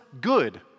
good